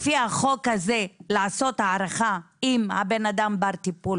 לפי החוק הזה לעשות הערכה אם הבן אדם בר טיפול